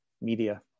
media